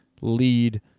lead